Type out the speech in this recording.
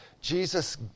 Jesus